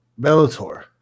Bellator